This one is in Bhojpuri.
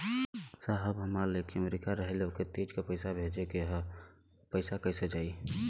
साहब हमार लईकी अमेरिका रहेले ओके तीज क पैसा भेजे के ह पैसा कईसे जाई?